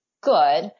good